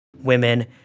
women